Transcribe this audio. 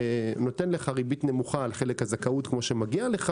נותן לך ריבית נמוכה על חלק הזכאות כפי שמגיע לך